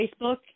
Facebook